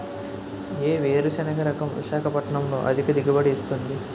ఏ వేరుసెనగ రకం విశాఖపట్నం లో అధిక దిగుబడి ఇస్తుంది?